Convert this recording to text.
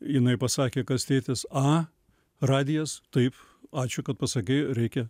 jinai pasakė kas tėtis a radijas taip ačiū kad pasakei reikia